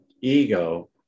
ego